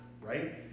right